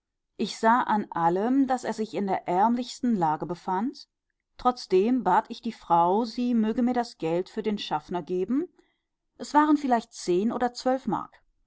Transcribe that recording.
ich sah an allem daß er sich in der ärmlichsten lage befand trotzdem bat ich die frau sie möge mir das geld für den schaffner geben es waren vielleicht zehn oder zwölf mark